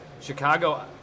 Chicago